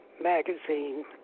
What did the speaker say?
magazine